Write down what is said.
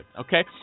Okay